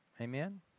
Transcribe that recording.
Amen